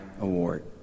Award